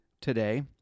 today